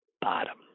bottom